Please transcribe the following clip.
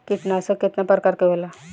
कीटनाशक केतना प्रकार के होला?